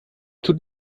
tut